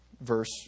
Verse